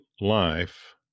life